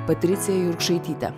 patricija jurkšaityte